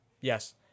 Yes